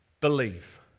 believe